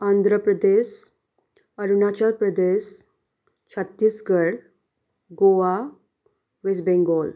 Andhra Pradesh Arunachal Pradesh Chhattisgarh Goa West Bengal